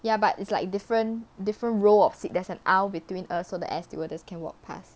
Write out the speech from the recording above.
ya but it's like different different row of seat there's an aisle between us so the air stewardess can walk pass